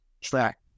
track